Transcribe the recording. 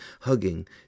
hugging